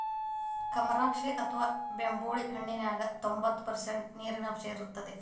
ಕಮರಾಕ್ಷಿ ಅಥವಾ ಬೆಂಬುಳಿ ಹಣ್ಣಿನ್ಯಾಗ ತೋಭಂತ್ತು ಪರ್ಷಂಟ್ ನೇರಿನಾಂಶ ಇರತ್ತದ